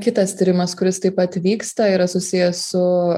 kitas tyrimas kuris taip pat vyksta yra susijęs su